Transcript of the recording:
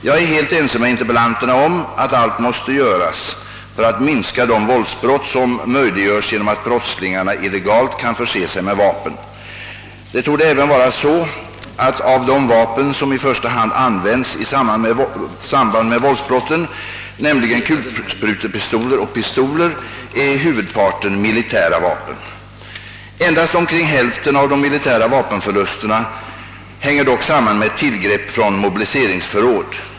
Jag är helt ense med interpellanterna om att allt måste göras för att minska de våldsbrott, som möjliggörs genom att brottslingarna illegalt kan förse sig med vapen. Det torde även vara så att av de vapen som i första hand används i samband med våldsbrotten — nämligen kulsprutepistoler och pistoler — är huvudparten militära vapen. Endast omkring hälften av de militära vapenförlusterna hänger dock samman med tillgrepp från mobiliseringsförråd.